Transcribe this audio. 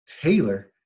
Taylor